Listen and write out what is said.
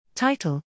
Title